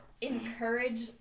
encourage